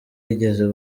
yigeze